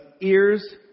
ears